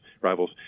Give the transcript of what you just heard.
rivals